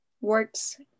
Works